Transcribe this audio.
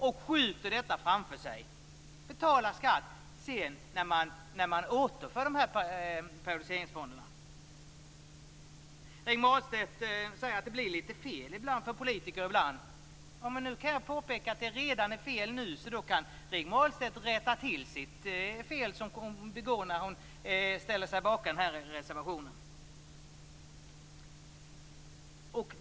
Man skjuter det framför sig och betalar skatt sedan när man återför periodiseringsfonderna. Rigmor Ahlstedt säger att det blir lite fel ibland för politiker. Jag kan påpeka att det redan nu är fel, så Rigmor Ahlstedt kan rätta till det fel hon begår när hon ställer sig bakom den här reservationen.